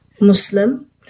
Muslim